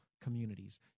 communities